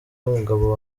y’umugabo